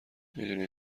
میدونی